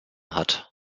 hat